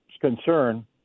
concern